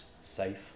Safe